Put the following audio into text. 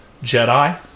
Jedi